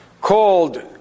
called